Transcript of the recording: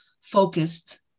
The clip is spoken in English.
focused